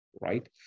right